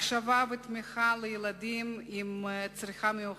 הקשבה ותמיכה בילדים עם צרכים מיוחדים,